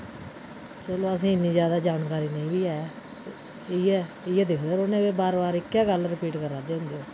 चलो असें इन्नी जैदा जानकारी नेईं बी ऐ इ'यै इ'यै दिखदे रौह्न्ने ते बार बार इक्कै गल्ल रिपीट करा दे होंदे ओह्